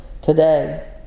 today